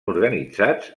organitzats